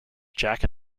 jack